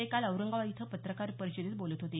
ते काल औरंगाबाद इथं पत्रकार परिषदेत बोलत होते